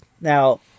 Now